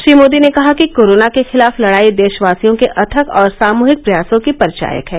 श्री मोदी ने कहा कि कोरोना के खिलाफ लड़ाई देशवासियों के अथक और सामूहिक प्रयासों की परिचायक है